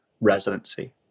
residency